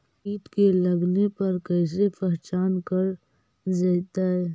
कीट के लगने पर कैसे पहचान कर जयतय?